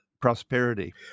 prosperity